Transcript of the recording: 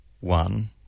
one